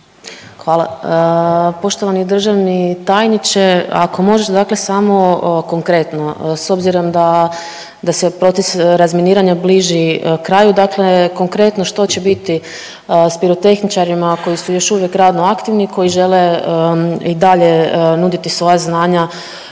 Hvala. Poštovani državni tajniče, ako može dakle samo, konkretno, s obzirom da se .../Govornik se ne razumije./... razminiranja bliži kraju, dakle konkretno, što će biti s pirotehničarima koji su još uvijek radno aktivni, koji žele i dalje nuditi svoja znanja